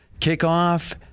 kickoff